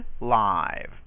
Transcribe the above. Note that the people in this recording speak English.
live